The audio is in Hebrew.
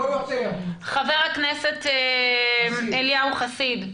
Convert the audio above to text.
חבר הכנסת אליהו חסיד,